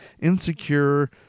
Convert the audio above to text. insecure